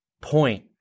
point